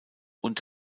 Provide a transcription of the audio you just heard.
und